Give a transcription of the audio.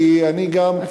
כי אני גם,